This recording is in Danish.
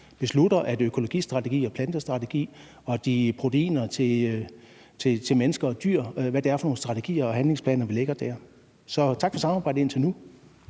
beslutter, i forhold til økologistrategi, plantestrategi og proteiner til mennesker og dyr, og hvad det er for nogle strategier og handlingsplaner, vi lægger der. Så tak for samarbejdet indtil nu.